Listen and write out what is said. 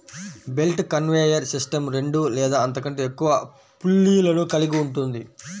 belt conveyor system రెండు లేదా అంతకంటే ఎక్కువ పుల్లీలను కలిగి ఉంటుంది